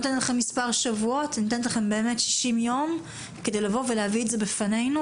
60 ימים כדי להביא את זה בפנינו,